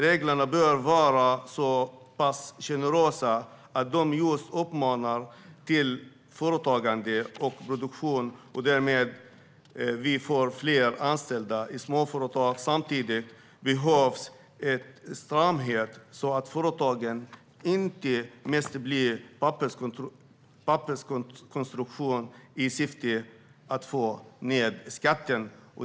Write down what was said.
Reglerna bör vara så pass generösa att de uppmanar till företagande och produktion. Därmed får fler anställning i småföretag. Samtidigt behövs en stramhet så att företagen inte blir papperskonstruktioner med syfte att få ned skatten.